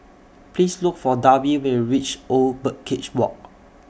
Please Look For Darby when YOU REACH Old Birdcage Walk